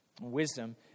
Wisdom